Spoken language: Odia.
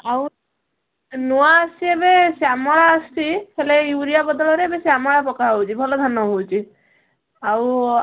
ଆଉ ଏ ନୂଆ ଆସିଛି ଏବେ ଶ୍ୟାମଳ ଆସିଛି ହେଲେ ୟୁରିଆ ବଦଳରେ ଏବେ ଶ୍ୟାମଳା ପକା ହେଉଛି ଭଲ ଧାନ ହେଉଛି ଆଉ